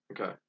Okay